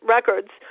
Records